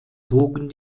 trugen